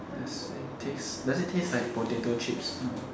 does it taste does it taste like potato chips